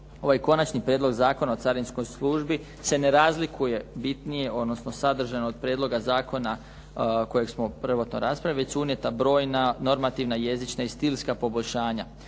ovaj Konačni prijedlog zakona o carinskoj službi se ne razlikuje bitnije, odnosno sadržajno od prijedloga zakona kojeg smo prvotno raspravili, već su unijeta brojna normativna, jezična i stilska poboljšanja.